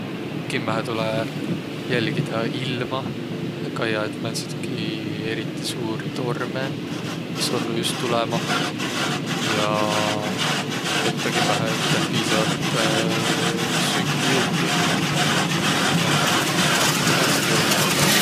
Kimmähe tulõ jälgida ilma ja kaiaq, et määndsitki eriti suuri tormõ es olnuq just tulõmah. Ja võttaq kimmähe üteh piisavalt süüki, juuki. Ja sis piäsiq kohale küll jõudma.